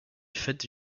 fête